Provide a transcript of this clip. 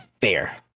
fair